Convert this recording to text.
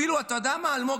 אפילו, אתה יודע מה אלמוג?